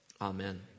Amen